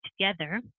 together